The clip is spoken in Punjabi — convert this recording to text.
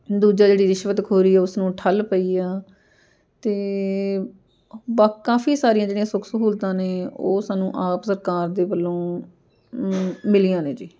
ਦੂਜਾ ਜਿਹੜੀ ਰਿਸ਼ਵਤ ਖੋਰੀ ਆ ਉਸ ਨੂੰ ਠੱਲ੍ਹ ਪਈ ਆ ਅਤੇ ਬਾ ਕਾਫੀ ਸਾਰੀਆਂ ਜਿਹੜੀਆਂ ਸੁੱਖ ਸਹੂਲਤਾਂ ਨੇ ਉਹ ਸਾਨੂੰ ਆਪ ਸਰਕਾਰ ਦੇ ਵੱਲੋਂ ਮਿਲੀਆਂ ਨੇ ਜੀ